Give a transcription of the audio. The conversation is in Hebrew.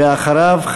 ואחריו,